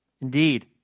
Indeed